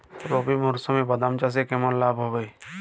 রবি মরশুমে বাদাম চাষে কেমন লাভ হয়?